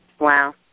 Wow